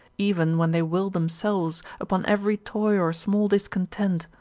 even when they will themselves, upon every toy or small discontent,